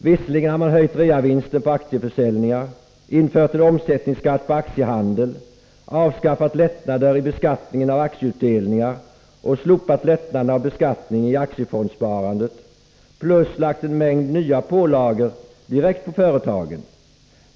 Visserligen har man höjt reavinstbeskattningen på aktieförsäljningen, infört en omsättningsskatt på aktiehandeln, avskaffat lättnader i beskattningen av aktieutdelningar, slopat lättnaderna av beskattningen i aktiefondssparandet och lagt en mängd nya pålagor direkt på företagen.